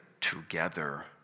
together